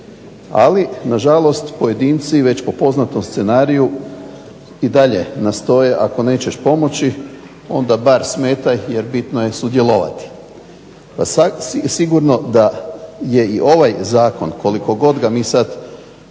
Ali, nažalost pojedinci već po poznatom scenariju i dalje nastoje ako nećeš pomoći onda bar smetaj jer bitno je sudjelovati. Sigurno da je i ovaj zakon koliko god ga mi sad